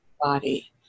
body